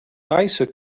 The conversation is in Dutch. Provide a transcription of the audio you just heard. thaise